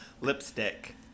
Lipstick